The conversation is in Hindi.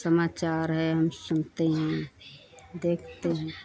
समाचार हैं हम सुनते हैं देखते हैं